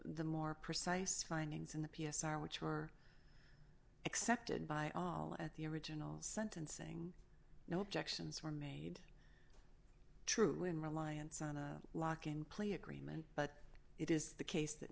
the more precise findings in the p s r which are accepted by all at the original sentencing no objections were made true in reliance on a lock in play agreement but it is the case that